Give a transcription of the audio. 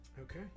okay